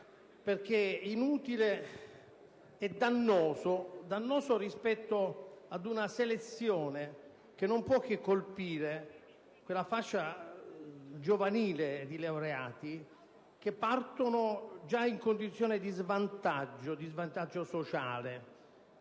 perché inutile e dannoso; dannoso rispetto ad una selezione che non può che colpire quella fascia giovanile di laureati che partono già in condizione di svantaggio sociale